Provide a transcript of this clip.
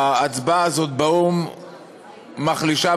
ההצבעה הזאת באו"ם מחלישה,